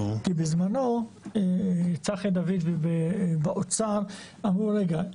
כי בזמנו צחי דוידי באוצר אמר רגע,